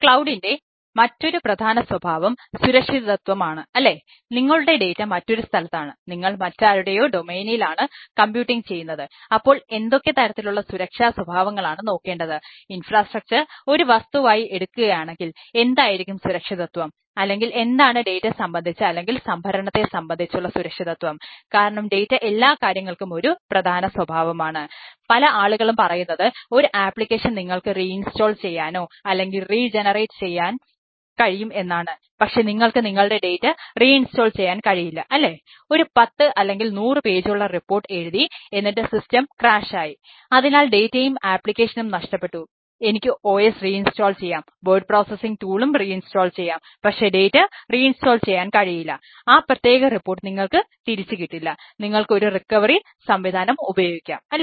ക്ലൌഡിൻറെ സംവിധാനം ഉപയോഗിക്കാം അല്ലെ